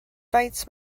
faint